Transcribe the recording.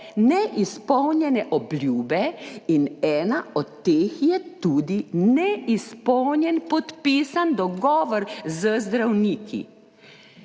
neizpolnjene obljube, in ena od teh je tudi neizpolnjen podpisan dogovor z zdravniki.